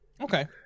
Okay